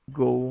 go